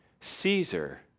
Caesar